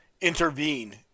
intervene